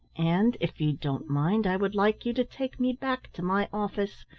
and if you don't mind, i would like you to take me back to my office.